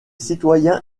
citoyens